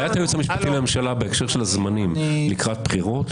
הנחיית הייעוץ המשפטי לממשלה בהקשר של הזמנים לקראת בחירות,